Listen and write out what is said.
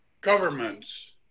governments